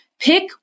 Pick